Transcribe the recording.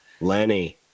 Lenny